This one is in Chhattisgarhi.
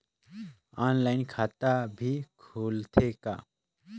ऑनलाइन खाता भी खुलथे का?